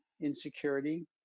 insecurity